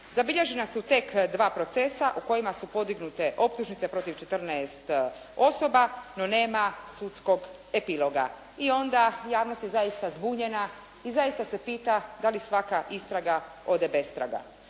Zabilježena su tek dva procesa u kojima su podignute optužnice protiv 14 osoba, no nema sudskog epiloga. I onda javnost se zaista zbunjena i zaista se pita da li svaka istraga ode bez bestraga.